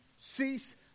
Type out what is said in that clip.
Cease